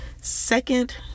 Second